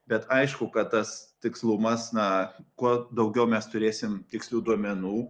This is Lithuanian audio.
bet aišku kad tas tikslumas na kuo daugiau mes turėsim tikslių duomenų